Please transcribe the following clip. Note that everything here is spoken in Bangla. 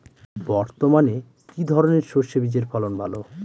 বর্তমানে কি ধরনের সরষে বীজের ফলন ভালো?